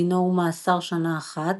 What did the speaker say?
דינו הוא מאסר שנה אחת.